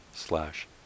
slash